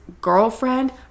girlfriend